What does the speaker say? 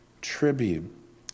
tribute